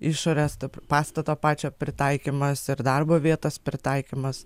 išorės pastato pačio pritaikymas ir darbo vietos pritaikymas